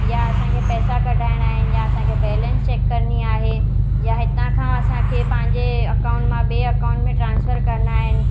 या असांखे पैसा कढाइणा आइन या असांखे बैलेंस चैक करणी आहे या हितां खां असांखे पंहिंजे अकाउंट मां ॿिए अकाउंट में ट्रांस्फर करणा आहिनि